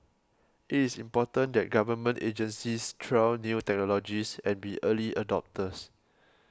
it is important that Government agencies trial new technologies and be early adopters